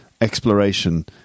exploration